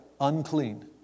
unclean